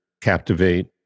captivate